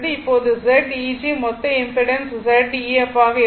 இப்போது Zeg மொத்த impedance Z ef ஆக இருக்கும்